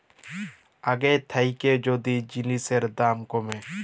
আগের থ্যাইকে যদি জিলিসের দাম ক্যমে